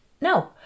no